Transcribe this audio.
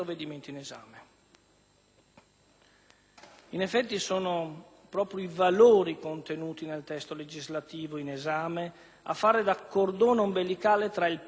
In effetti, sono proprio i valori contenuti nel testo legislativo in esame a fare da cordone ombelicale tra il Paese e le istituzioni.